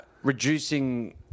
reducing